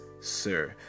sir